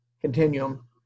continuum